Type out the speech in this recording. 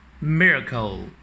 Miracle